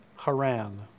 Haran